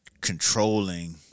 controlling